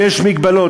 ויש מגבלות.